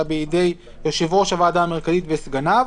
אלא בידי יושב-ראש הוועדה המרכזית וסגניו.